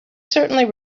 certainly